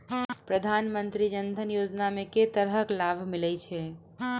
प्रधानमंत्री जनधन योजना मे केँ तरहक लाभ मिलय छै?